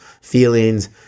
feelings